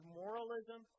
moralism